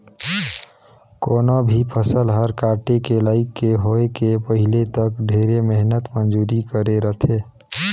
कोनो भी फसल हर काटे के लइक के होए के पहिले तक ढेरे मेहनत मंजूरी करे रथे